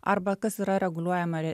arba kas yra reguliuojama